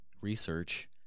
research